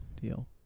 Deal